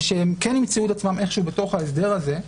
ושהם כן הם ימצאו את עצמם איכשהו בתוך ההסדר הזה,